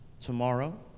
Tomorrow